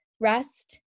rest